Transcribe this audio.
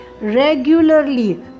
regularly